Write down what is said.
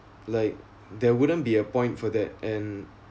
like there wouldn't be a point for that and